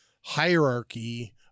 hierarchy